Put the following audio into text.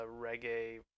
reggae